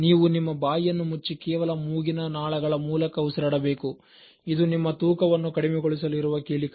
ನೀವು ನಿಮ್ಮ ಬಾಯಿಯನ್ನು ಮುಚ್ಚಿ ಕೇವಲ ಮೂಗಿನ ನಾಳಗಳ ಮೂಲಕ ಉಸಿರಾಡಬೇಕು ಇದು ನಿಮ್ಮ ತೂಕವನ್ನು ಕಡಿಮೆಗೊಳಿಸಲು ಇರುವ ಕೀಲಿ ಕೈ